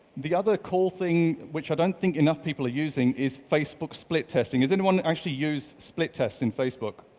the other cool thing which i don't think enough people are using is facebook split testing. has anyone actually use split tests in facebook?